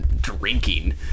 drinking